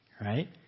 right